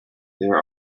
there